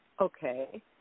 okay